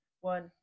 one